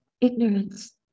Ignorance